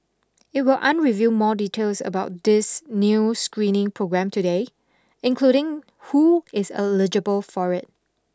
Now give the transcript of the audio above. it will unreveil more details about this new screening programme today including who is eligible for it